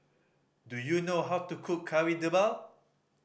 do you know how to cook Kari Debal